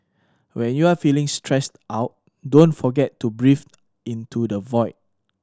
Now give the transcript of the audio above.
when you are feeling stressed out don't forget to breathe into the void